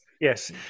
Yes